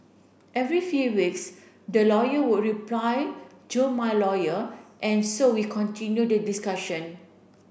every few weeks their lawyer would reply to my lawyer and so we continued the discussion